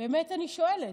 באמת אני שואלת.